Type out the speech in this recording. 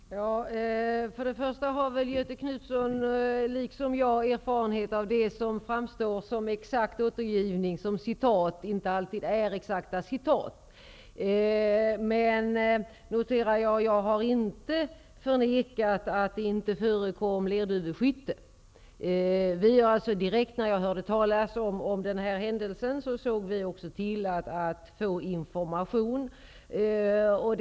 Herr talman! För det första har väl Göthe Knutson liksom jag erfarenhet av att det som framstår som exakta citat inte alltid är exakta citat. Men jag har för det andra inte förnekat att det förekom lerduveskytte. När jag hörde talas om den här händelsen såg vi till att få information om den.